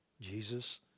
Jesus